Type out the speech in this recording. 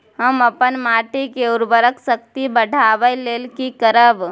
हम अपन माटी के उर्वरक शक्ति बढाबै लेल की करब?